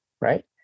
right